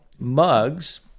Mugs